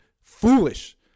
foolish